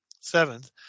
Seventh